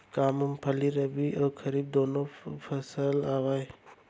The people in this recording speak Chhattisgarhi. का मूंगफली रबि अऊ खरीफ दूनो परकार फसल आवय?